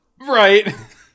Right